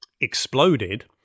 exploded